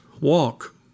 walk